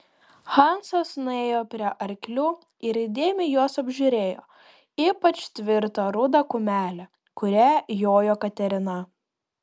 hansas nuėjo prie arklių ir įdėmiai juos apžiūrėjo ypač tvirtą rudą kumelę kuria jojo katerina